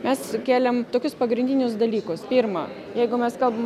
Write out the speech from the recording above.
mes kėlėm tokius pagrindinius dalykus pirma jeigu mes kalbam